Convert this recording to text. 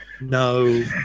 No